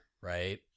Right